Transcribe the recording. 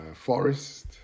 Forest